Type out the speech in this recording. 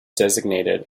designated